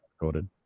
recorded